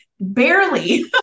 Barely